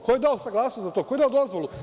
Ko je dao saglasnost za to, ko je dao dozvolu?